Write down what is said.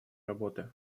работы